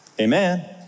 Amen